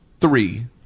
three